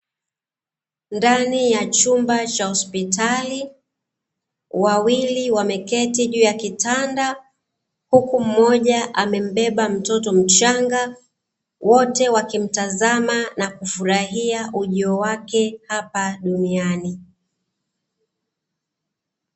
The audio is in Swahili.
Ndani ya chumba cha hospitali wawili wameketi juu ya kitanda huku mmoja amembeba mtoto mchanga, wote wakimtazama na kufurahia ujio wake hapa duniani.